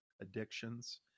addictions